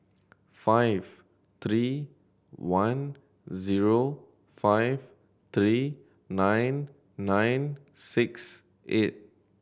five three one zero five three nine nine six eight